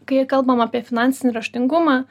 kai kalbam apie finansinį raštingumą